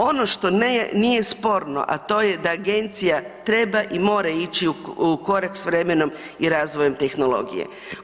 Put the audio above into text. Ono što … [[Govornik se ne razumije]] nije sporno, a to je da agencija treba i mora ići u korak s vremenom i razvojem tehnologije.